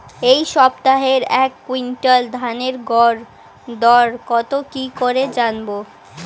এই সপ্তাহের এক কুইন্টাল ধানের গর দর কত কি করে জানবো?